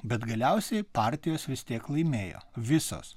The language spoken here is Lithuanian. bet galiausiai partijos vis tiek laimėjo visos